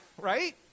Right